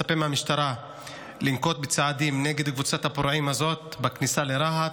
אני מצפה מהמשטרה לנקוט צעדים נגד קבוצת הפורעים הזאת בכניסה לרהט.